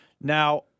Now